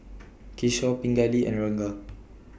Kishore Pingali and Ranga